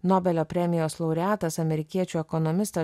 nobelio premijos laureatas amerikiečių ekonomistas